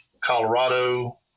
Colorado